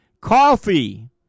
Coffee